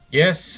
yes